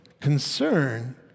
concern